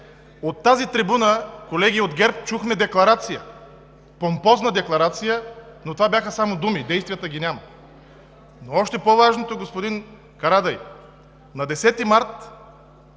От тази трибуна, колеги от ГЕРБ, чухме декларация, помпозна декларация. Но това бяха само думи, действията ги няма. Но още по-важното, господин Карадайъ – на 10 март